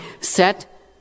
Set